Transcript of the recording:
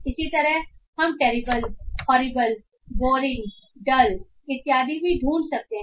इसी तरह हम टेरिबल हॉरिबल बोरिंगडल इत्यादि भी ढूंढ सकते हैं